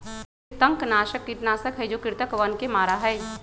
कृंतकनाशक कीटनाशक हई जो कृन्तकवन के मारा हई